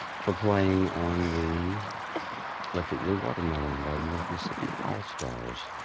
for playing on the electric blue watermelon by the north mississippi all-stars.